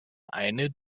eine